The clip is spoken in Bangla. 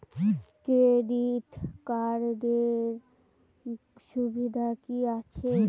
ক্রেডিট কার্ডের সুবিধা কি আছে?